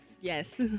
Yes